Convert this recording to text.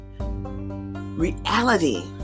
Reality